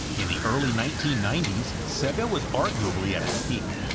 in the early nineteen ninety s, sega was arguably at its peak.